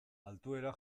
altuera